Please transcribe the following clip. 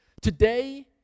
today